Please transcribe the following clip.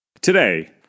Today